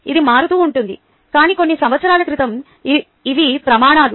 ఇది మారుతూ ఉంటుంది కానీ కొన్ని సంవత్సరాల క్రితం ఇవి ప్రమాణాలు